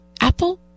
Apple